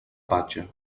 patge